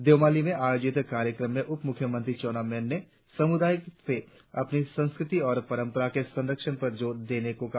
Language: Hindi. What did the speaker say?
देओमाली में आयोजित कार्यक्रम में उप मुख्यमंत्री चाउना मेन ने समुदाय के लोगों से अपनी संस्कृति और परंपरा के संरक्षण पर जोर देने को कहा